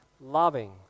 loving